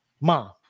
mom